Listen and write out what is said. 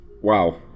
Wow